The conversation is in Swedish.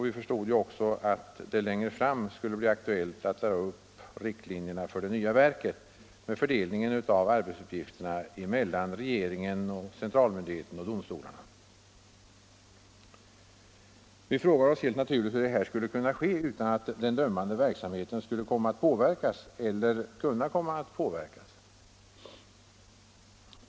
Vi förstod ju också att det längre fram skulle bli aktuellt att dra upp riktlinjerna för det nya verket med fördelning av arbetsuppgifterna mellan regeringen, centralmyndigheten och domstolarna. Vi frågade oss helt naturligt hur detta skulle kunna ske utan att den dömande verksamheten skulle komma att påverkas eller kunna komma att påverkas.